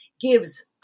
gives